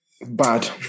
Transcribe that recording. Bad